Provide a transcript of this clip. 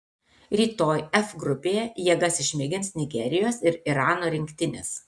rytoj f grupėje jėgas išmėgins nigerijos ir irano rinktinės